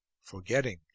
forgetting